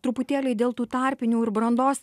truputėlį dėl tų tarpinių ir brandos